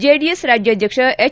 JDS ರಾಜ್ಯಾಧ್ವಕ್ಷ H